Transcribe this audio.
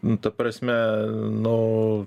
nu ta prasme nu